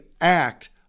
act